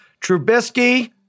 Trubisky